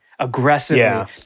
Aggressively